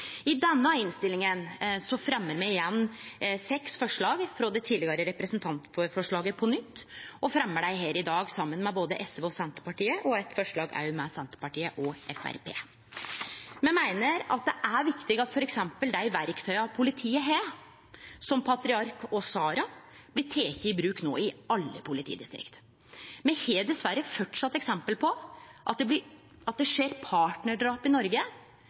I denne innstillinga fremjar me seks forslag frå det tidlegare representantforslaget på nytt. Me fremjar dei her i dag saman med både SV og Senterpartiet, og eit forslag òg med Senterpartiet og Framstegspartiet. Me meiner det er viktig at f.eks. dei verktøya politiet har, som PATRIARK og SARA, blir tekne i bruk no i alle politidistrikt. Me har dessverre framleis eksempel på at det skjer partnardrap i Noreg